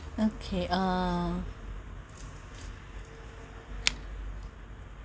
okay uh